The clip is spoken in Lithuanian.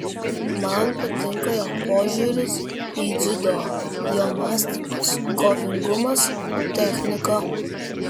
man patinka jo požiūris į dziudo jo mąstymas kovingumas technika